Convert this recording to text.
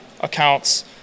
accounts